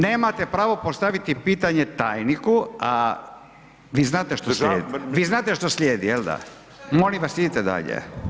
Nemate pravo postaviti pitanje tajniku, a vi znate što slijedi, vi znate što slijedi jel da, molim vas idite dalje.